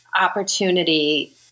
opportunity